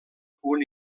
punt